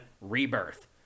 Rebirth